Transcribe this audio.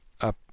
up